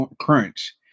crunch